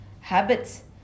habits